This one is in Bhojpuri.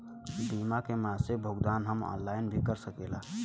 बीमा के मासिक भुगतान हम ऑनलाइन भी कर सकीला?